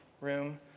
room